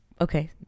Okay